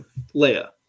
Leia